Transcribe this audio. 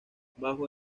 bajo